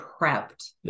prepped